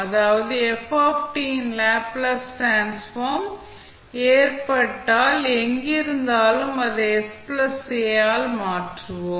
அதாவது in Laplace transform ஏற்பட்டால் எங்கிருந்தாலும் அதை ஆல் மாற்றுவோம்